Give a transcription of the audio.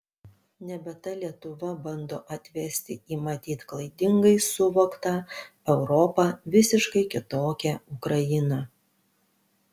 nebe ta lietuva bando atvesti į matyt klaidingai suvoktą europą visiškai kitokią ukrainą